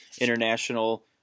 international